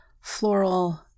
floral